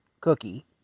cookie